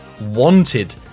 wanted